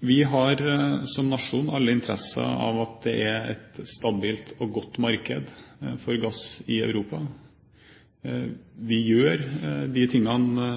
Vi har som nasjon alle interesse av at det er et stabilt og godt marked for gass i Europa. Vi gjør de tingene